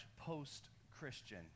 post-Christian